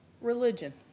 religion